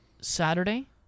Saturday